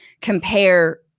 compare